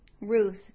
Ruth